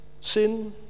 Sin